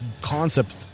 concept